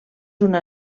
una